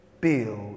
Build